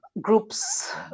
groups